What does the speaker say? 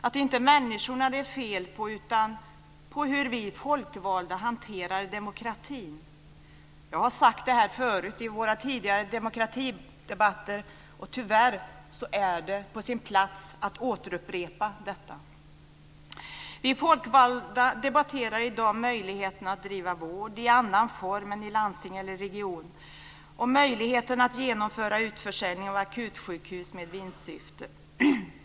Det är inte människorna det är fel på utan på hur vi folkvalda hanterar demokratin. Jag har sagt detta förut i våra tidigare demokratidebatter. Tyvärr är det på sin plats att återupprepa detta. Vi folkvalda debatterar i dag möjligheten att bedriva vård i annan form än på landstings eller regionnivå och möjligheten att genomföra utförsäljning av akutsjukhus med vinstsyfte.